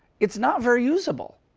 it's not very usable,